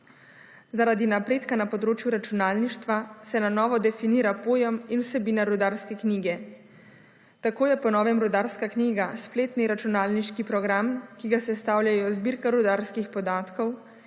Zaradi napredka na področju računalništva se na novo definira pojem in vsebinska rudarske knjige. Tako je po novem rudarska knjiga spletni računalniški program, ki ga sestavljajo zbirka rudarskih podatkov,